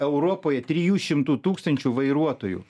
europoje trijų šimtų tūkstančių vairuotojų